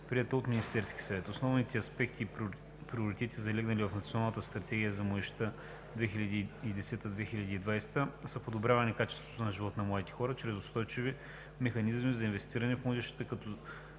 приета от Министерския съвет. Основните аспекти и приоритети, залегнали в Националната стратегия за младежта (2010 – 2020 г.), са подобряване на качеството на живот на младите хора, чрез устойчиви механизми за инвестиране в младежта като